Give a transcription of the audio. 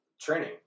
training